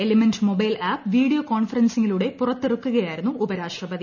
element mobile app video കോൺഫറൻസിംഗി ലൂടെ പുറത്തിറക്കുകയായിരുന്നു ഉപരാഷ്ട്രപതി